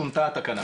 שונתה התקנה.